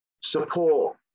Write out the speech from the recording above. support